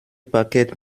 parkett